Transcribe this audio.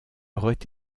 auraient